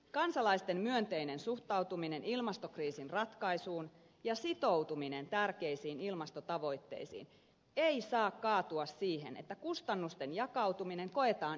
kansalaisten myönteinen suhtautuminen ilmastokriisin ratkaisuun ja sitoutuminen tärkeisiin ilmastotavoitteisiin ei saa kaatua siihen että kustannusten jakautuminen koetaan epäoikeudenmukaiseksi